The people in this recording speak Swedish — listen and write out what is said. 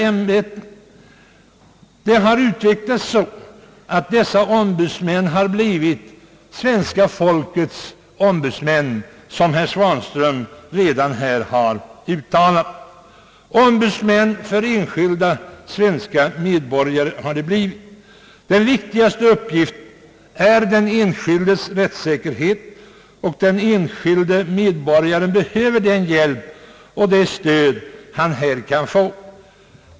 Ämbetena har utvecklats så att dessa ombudsmän har blivit svenska folkets ombudsmän eller, såsom herr Svanström redan har framhållit, ombudsmän för enskilda svenska medborgare. Deras viktigaste uppgift är den enskildes rättssäkerhet, och den enskilde medborgaren behöver den hjälp och det stöd som han här kan få.